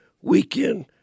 weekend